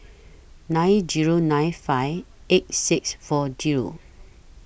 nine Zero nine five eight six four Zero